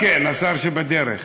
כן, השר שבדרך.